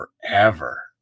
forever